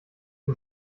zum